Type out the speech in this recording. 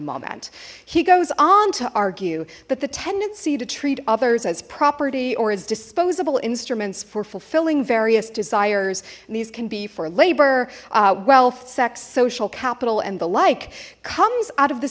moment he goes on to argue that the tendency to treat others as property or as disposable instruments for fulfilling various desires and these can be for labor wealth sex social capital and the like comes out of the